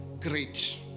Great